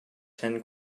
ten